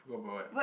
go for what